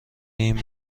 این